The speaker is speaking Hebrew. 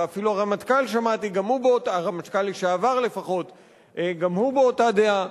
ואפילו הרמטכ"ל לשעבר גם הוא באותה דעה.